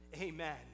amen